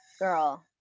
Girl